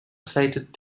cited